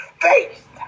faith